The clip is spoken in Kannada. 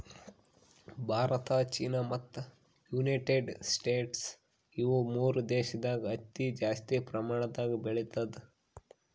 ಭಾರತ ಚೀನಾ ಮತ್ತ್ ಯುನೈಟೆಡ್ ಸ್ಟೇಟ್ಸ್ ಇವ್ ಮೂರ್ ದೇಶದಾಗ್ ಹತ್ತಿ ಜಾಸ್ತಿ ಪ್ರಮಾಣದಾಗ್ ಬೆಳಿತದ್